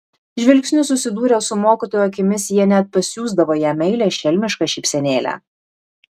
žvilgsniu susidūrę su mokytojo akimis jie net pasiųsdavo jam meilią šelmišką šypsenėlę